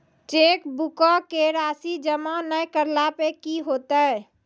चेकबुको के राशि जमा नै करला पे कि होतै?